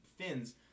fins